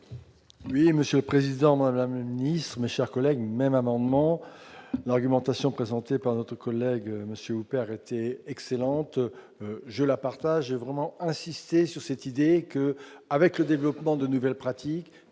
Oui, Monsieur le Président, Madame le Ministre, mais chers collègues même amendement argumentation présentée par votre collègue monsieur Pères était excellente, je la partage vraiment insister sur cette idée que, avec le développement de nouvelles pratiques